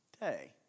Day